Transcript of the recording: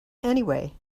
anyway